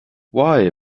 why